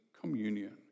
communion